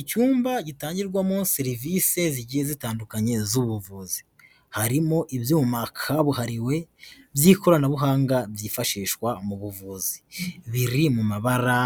Icyumba gitangirwamo serivise zigiye zitandukanye z'ubuvuzi. Harimo ibyuma kabuhariwe, by'ikoranabuhanga byifashishwa mu buvuzi. Biri mu mabara